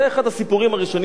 זה אחד הסיפורים הראשונים